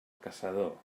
caçador